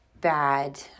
bad